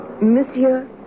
Monsieur